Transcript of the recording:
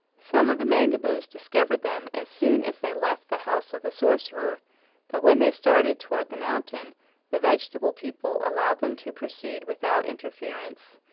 some of the mangaboos discovered them as soon as they left the house of the sorcerer but when they started toward the mountain the vegetable people allowed them to proceed without interference,